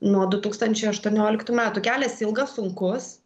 nuo du tūkstančiai aštuonioliktų metų kelias ilgas sunkus